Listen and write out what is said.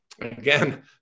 Again